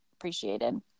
appreciated